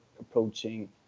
approaching